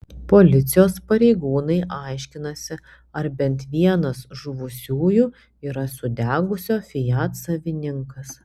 policijos pareigūnai aiškinasi ar bent vienas žuvusiųjų yra sudegusio fiat savininkas